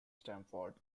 stamford